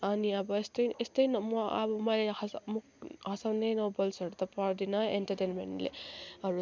अनि अब यस्तै यस्तै म अब मैले खास हँसाउने नोभल्सहरू त पढ्दिनँ इन्टरटेनमेन्टहरू त